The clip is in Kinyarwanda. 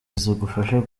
zagufasha